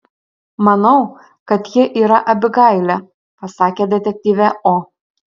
manau kad ji yra abigailė pasakė detektyvė o